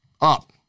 up